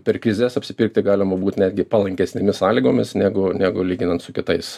per krizes apsipirkti galima būt netgi palankesnėmis sąlygomis negu negu lyginant su kitais